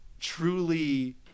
truly